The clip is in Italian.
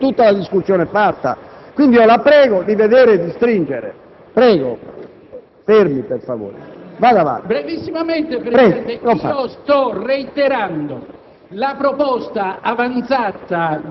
Ciò che abbiamo chiesto e che continuiamo a chiedervi con insistenza è di mettere i nostri militari in grado di difendersi